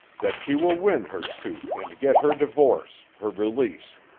that she will win her suit and get her divorce, her release.